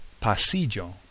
pasillo